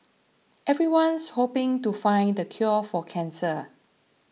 everyone's hoping to find the cure for cancer